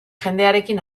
jendearekin